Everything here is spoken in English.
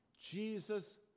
Jesus